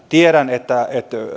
tiedän että